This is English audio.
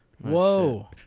Whoa